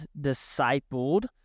discipled